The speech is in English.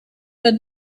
that